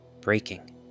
breaking